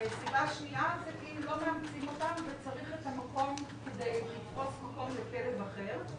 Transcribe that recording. סיבה שניה כי לא מאמצים אתם וצריך את המקום כדי לתפוס מקום לכלב אחר,